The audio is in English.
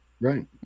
Right